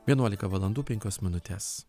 vienuolika valandų penkios minutės